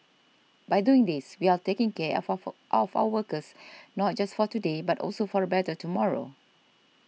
by doing these we are taking care of of of our workers not just for today but also for a better tomorrow